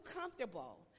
comfortable